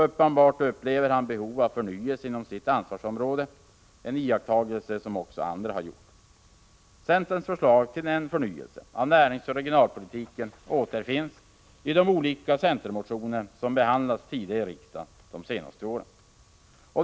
Uppenbart upplever han behov av förnyelse inom sitt ansvarsområde, en iakttagelse som också andra har gjort. Centerns förslag till denna förnyelse av näringsoch regionalpolitiken återfinns i de olika centermotioner som behandlats i riksdagen de senaste åren.